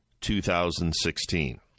2016